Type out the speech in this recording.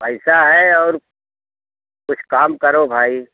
पैसा है और कुछ काम करो भाई